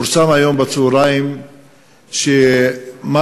פורסם היום בצהריים שמח"ש,